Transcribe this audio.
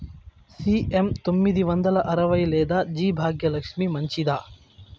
CM తొమ్మిది వందల అరవై లేదా జి భాగ్యలక్ష్మి మంచిదా?